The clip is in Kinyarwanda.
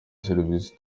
serivisi